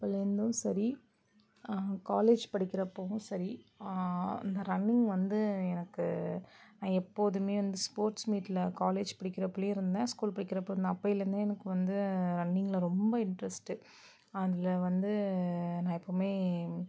இப்போலேருந்தும் சரி காலேஜ் படிக்கின்ற அப்போவும் சரி இந்த ரன்னிங் வந்து எனக்கு நான் எப்போதுமே வந்து ஸ்போர்ட்ஸ் மீட்டில் காலேஜ் படிக்கிறப்பையிலே இருந்தேன் ஸ்கூல் படிக்கின்றப்ப இருந்தேன் அப்போயிலேருந்தே எனக்கு வந்து ரன்னிங்கில் ரொம்ப இன்ட்ரெஸ்ட்டு அதில் வந்து நான் எப்போவுமே